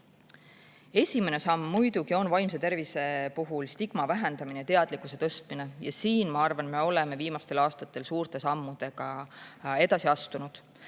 hästi. Esimene samm muidugi on vaimse tervise puhul stigma vähendamine, teadlikkuse tõstmine. Siin, ma arvan, me oleme viimastel aastatel suurte sammudega edasi astunud.